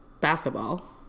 basketball